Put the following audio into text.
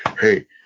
hey